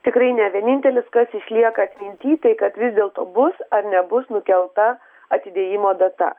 tikrai ne vienintelis kas išlieka atminty tai kad vis dėlto bus ar nebus nukelta atidėjimo data